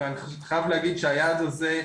אני חייב להגיד שהיעד הזה,